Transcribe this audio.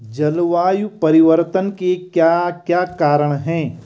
जलवायु परिवर्तन के कारण क्या क्या हैं?